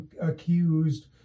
accused